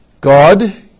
God